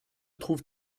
trouve